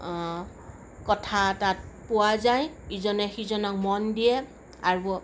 কথা তাত পোৱা যায় ইজনে সিজনক মন দিয়ে আৰু